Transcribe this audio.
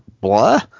blah